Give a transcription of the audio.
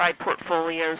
portfolios